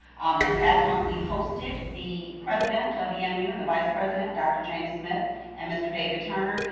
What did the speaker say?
this past month, we hosted the president of emu and the vice president, dr. james smith and mr. david turner.